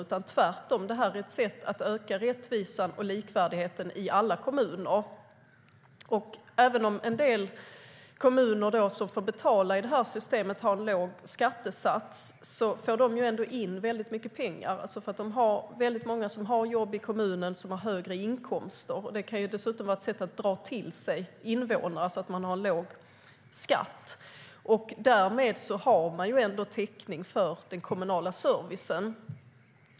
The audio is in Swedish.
Det är tvärtom ett sätt att öka rättvisan och likvärdigheten i alla kommuner. En del kommuner som får betala i det här systemet har låg skattesats men får ändå in mycket pengar eftersom många i kommunerna har jobb och högre inkomster. Att ha låg skatt kan dessutom vara ett sätt att dra till sig invånare. Därmed har man ändå täckning för den kommunala servicen.